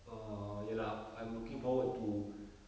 err ya lah I'm looking forward to